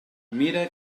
mira